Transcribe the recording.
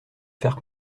faire